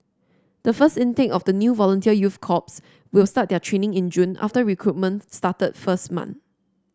the first intake of the new volunteer youth corps will start their training in June after recruitment started first month